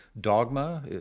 dogma